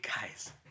guys